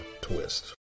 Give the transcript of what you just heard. Twist